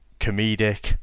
comedic